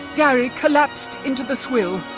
gary collapsed into the swill,